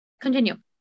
continue